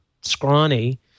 scrawny